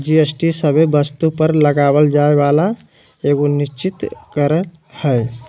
GST सभे वस्तु पर लगावल जाय वाला एगो निश्चित कर हय